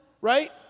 right